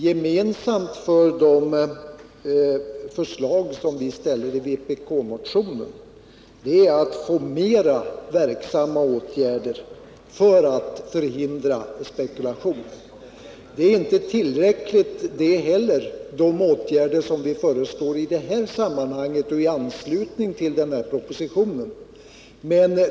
Gemensamt för våra förslag i vpk-motionen är att vi efterlyser mera verksamma åtgärder i syfte att förhindra spekulation. De åtgärder som vi föreslår i det här sammanhanget och i anslutning till propositionen är inte heller tillräckliga.